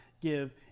give